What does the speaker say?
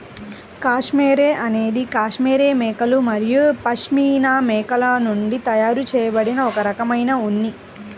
cashmere అనేది cashmere మేకలు మరియు పష్మినా మేకల నుండి తయారు చేయబడిన ఒక రకమైన ఉన్ని